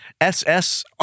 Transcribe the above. SS